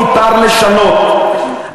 מותר לשנות,